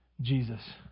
Jesus